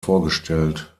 vorgestellt